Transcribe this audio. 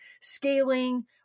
scaling